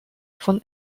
von